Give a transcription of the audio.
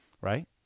Right